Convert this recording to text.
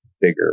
bigger